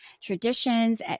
traditions